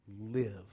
live